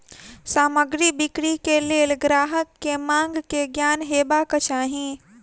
सामग्री बिक्री के लेल ग्राहक के मांग के ज्ञान हेबाक चाही